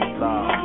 love